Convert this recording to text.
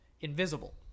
invisible